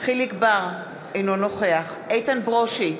חיליק בר, אינו נוכח איתן ברושי,